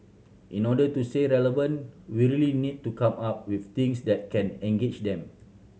in order to stay relevant we really need to come up with things that can engage them